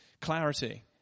clarity